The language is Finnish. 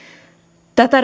tätä